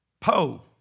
Po